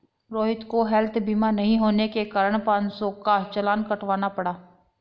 रोहित को हैल्थ बीमा नहीं होने के कारण पाँच सौ का चालान कटवाना पड़ा